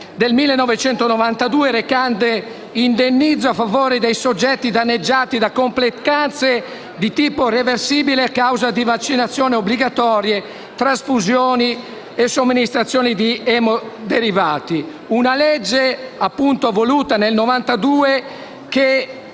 del 1992, recante «Indennizzo a favore dei soggetti danneggiati da complicanze di tipo irreversibile a causa di vaccinazioni obbligatorie, trasfusioni e somministrazione di emoderivati»; una legge voluta nel 1992, che